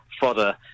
fodder